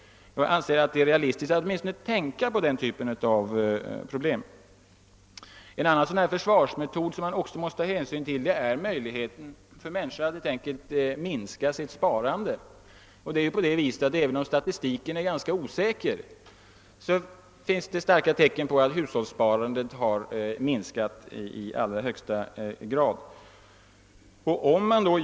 Jag anser det realistiskt att åtminstone tänka på den typen av problem. En annan försvarsmetod är möjligheten för människorna att helt enkelt minska sitt sparande. Även om statistiken är ganska osäker finns det starka tecken som tyder på att hushållssparandet i allra högsta grad har minskat.